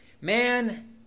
Man